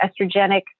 estrogenic